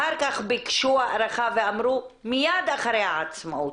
אחר כך, ביקשו הארכה, ואמרו, מיד אחרי העצמאות.